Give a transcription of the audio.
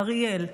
אריאל,